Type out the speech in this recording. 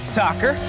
soccer